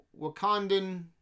Wakandan